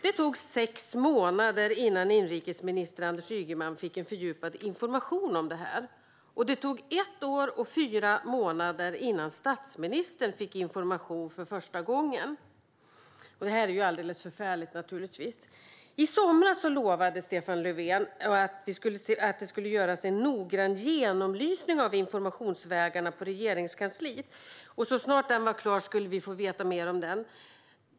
Det tog sex månader innan inrikesminister Anders Ygeman fick fördjupad information om det här. Och det tog ett år och fyra månader innan statsministern fick information för första gången. Det är naturligtvis alldeles förfärligt. I somras lovade Stefan Löfven att det skulle göras en noggrann genomlysning av informationsvägarna på Regeringskansliet, och så snart den var klar skulle vi få veta mer om den.